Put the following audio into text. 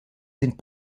sind